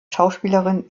schauspielerin